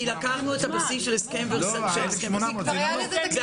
כי לקחנו את הבסיס של הסכם ורסאי, שהיה 1,400 שקל,